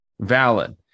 valid